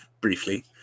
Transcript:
briefly